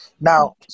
Now